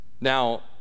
Now